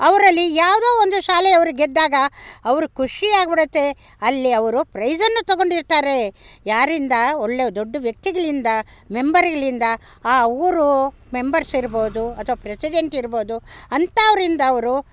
ಅವರಲ್ಲಿ ಯಾವುದೋ ಒಂದು ಶಾಲೆಯವರು ಗೆದ್ದಾಗ ಅವರು ಖುಷಿಯಾಗ್ಬಿಡುತ್ತೆ ಅಲ್ಲಿ ಅವರು ಪ್ರೈಜನ್ನು ತಗೊಂಡಿರ್ತಾರೆ ಯಾರಿಂದ ಒಳ್ಳೆ ದೊಡ್ಡ ವ್ಯಕ್ತಿಗಳಿಂದ ಮೆಂಬರುಗಳಿಂದ ಆ ಊರು ಮೆಂಬರ್ಸ್ ಇರ್ಬೋದು ಅಥವಾ ಪ್ರೆಸಿಡೆಂಟ್ ಇರ್ಬೋದು ಅಂಥವ್ರಿಂದ ಅವರು